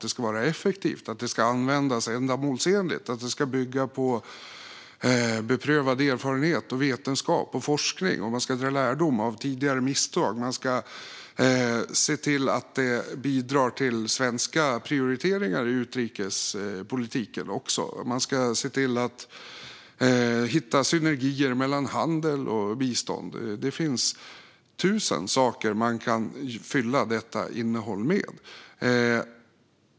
De ska användas effektivt och ändamålsenligt med beprövad erfarenhet, vetenskap och forskning som grund. Man ska dra lärdom av tidigare misstag. Man ska se till att biståndspolitiken bidrar till svenska prioriteringar i utrikespolitiken. Man ska se till att hitta synergier mellan handel och bistånd. Det finns tusen saker man kan göra för att fylla biståndet med innehåll.